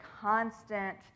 constant